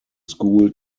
school